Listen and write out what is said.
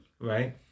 right